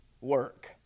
work